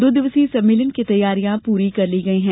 दो दिवसीय सम्मेलन की तैयारियां पूरी कर ली गई है